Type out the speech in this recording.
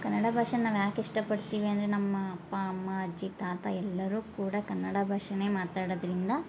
ಕನ್ನಡ ಭಾಷೆನ ನಾವು ಯಾಕೆ ಇಷ್ಟಪಡ್ತೀವಿ ಅಂದರೆ ನಮ್ಮ ಅಪ್ಪ ಅಮ್ಮ ಅಜ್ಜಿ ತಾತ ಎಲ್ಲರೂ ಕೂಡ ಕನ್ನಡ ಭಾಷೆನೇ ಮಾತಾಡೋದ್ರಿಂದ